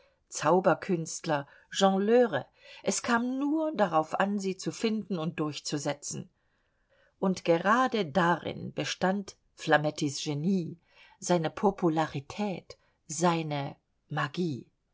zauberkünstler jongleure es kam nur darauf an sie zu finden und durchzusetzen und gerade darin bestand flamettis genie seine popularität seine magie